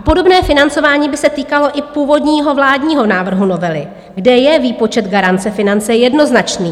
Podobné financování by se týkalo i původního vládního návrhu novely, kde je výpočet garance financí jednoznačný.